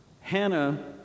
Hannah